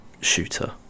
shooter